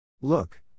Look